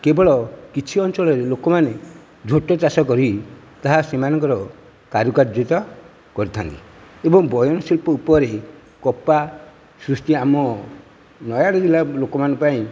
କେବଳ କିଛି ଅଞ୍ଚଳର ଲୋକମନେ ଝୋଟ ଚାଷ କରି ଯାହା ସେମାନଙ୍କର କାରୁକାର୍ଯ୍ୟତା କରିଥାନ୍ତି ଏବଂ ବୟନଶିଳ୍ପ ଉପରେ କପା ସୃଷ୍ଟି ଆମ ନୟାଗଡ଼ ଜିଲ୍ଲାର ଲୋକମାନଙ୍କ ପାଇଁ